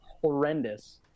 horrendous